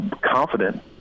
confident